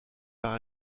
par